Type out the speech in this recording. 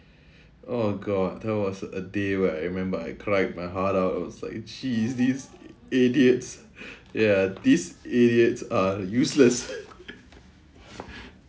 oh god that was a day where I remembered I cried my heart out I was like shit these idiots ya these idiots are useless